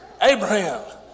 Abraham